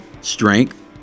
strength